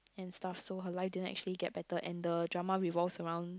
and stuff so her life did not actually get better and the drama revolves around